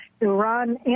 Iran